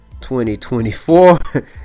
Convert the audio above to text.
2024